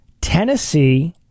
Tennessee